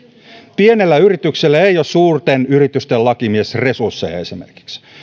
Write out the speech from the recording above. pienellä yrityksellä ei ole esimerkiksi suurten yritysten lakimiesresursseja